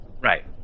Right